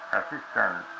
assistant